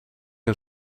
een